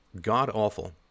god-awful